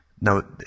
Now